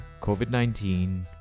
COVID-19